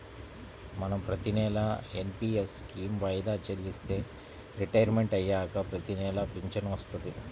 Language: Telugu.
మనం ప్రతినెలా ఎన్.పి.యస్ స్కీమ్ వాయిదా చెల్లిస్తే రిటైర్మంట్ అయ్యాక ప్రతినెలా పింఛను వత్తది